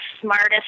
smartest